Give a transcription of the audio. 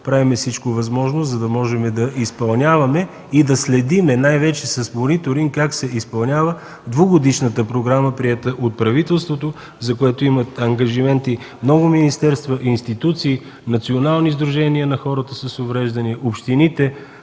Правим всичко възможно, за да можем да изпълняваме и да следим най-вече с мониторинг как се изпълняват двугодишните програми, приета от правителството, за което имат ангажименти много министерства, институции, национални сдружения на хората с увреждания, общините,